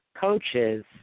coaches